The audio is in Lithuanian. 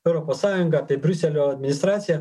europos sąjungą ir briuselio administracija